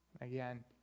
again